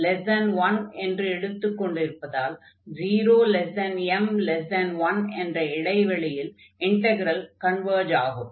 m 1 என்று எடுத்துக் கொண்டிருப்பதால் 0m1 என்ற இடைவெளியில் இன்டக்ரல் கன்வர்ஜ் ஆகும்